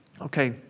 okay